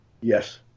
yes